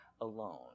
alone